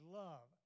love